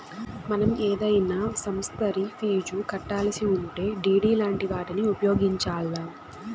మనం ఏదైనా సమస్తరి ఫీజు కట్టాలిసుంటే డిడి లాంటి వాటిని ఉపయోగించాల్ల